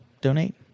donate